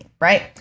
Right